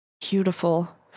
Beautiful